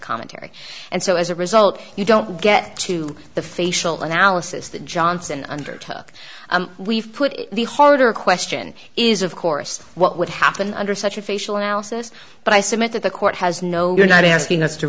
commentary and so as a result you don't get to the facial analysis that johnson undertook we've put the harder question is of course what would happen under such official analysis but i submit that the court has no you're not asking us to